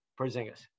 Porzingis